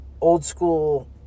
old-school